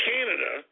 Canada